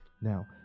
Now